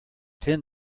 tend